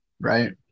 right